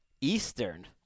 Eastern